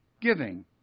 giving